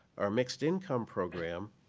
our mixed income program